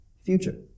future